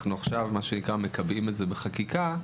עכשיו אנחנו מקבעים את זה בחקיקה,